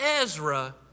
Ezra